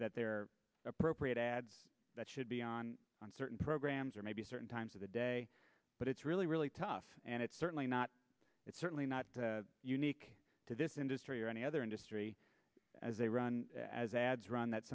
that there are appropriate ads that should be on certain programs or maybe certain times of the day but it's really really tough and it's certainly not it's certainly not unique to this industry or any other industry as they run as ads run that